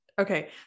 Okay